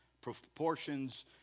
proportions